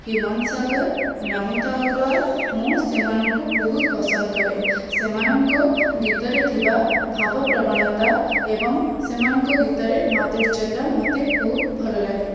ହ୍ୟୁମାନ ସାଗର ନମିତା ଅଗ୍ରୱାଲ ମୁଁ ସେମାନଙ୍କୁ ବହୁତ ପସନ୍ଦ କରେ ସେମାନଙ୍କ ଗୀତରେ ଥିବା ଭାବପ୍ରବଣତା ଏବଂ ସେମାନଙ୍କ ଗୀତରେ ମାଧୁର୍ଯ୍ୟତା ମୋତେ ବହୁତ ଭଲଲାଗେ